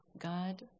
God